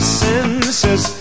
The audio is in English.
senses